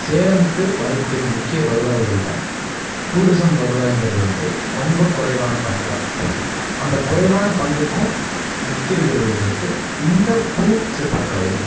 சேலமுக்கு வரக்கூடிய முக்கிய வருவாய்களில் டூரிஸம் வருவாயிங்கிறது வந்து ரொம்ப குறைவான பங்கு தான் அந்த குறைவான பங்குக்கும் வித்திடிகிறது வந்துட்டு இந்த பூ சிற்பக்கலை தான்